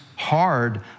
Hard